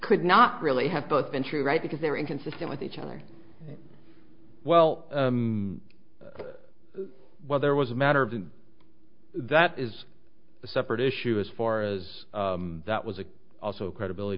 could not really have both been true right because they're inconsistent with each other well while there was a matter of that is a separate issue as far as that was a also credibility